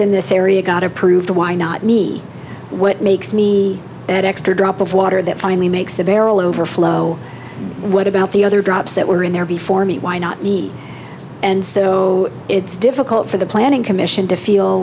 in this area got approved why not me what makes me that extra drop of water that finally makes the barrel overflow what about the other groups that were in there before me why not and so it's difficult for the planning commission to feel